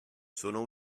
sono